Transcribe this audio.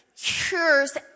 Cures